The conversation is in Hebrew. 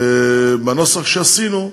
בנוסח שעשינו,